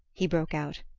he broke out,